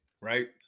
right